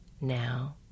now